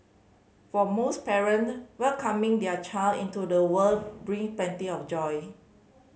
for most parent welcoming their child into the world bring plenty of joy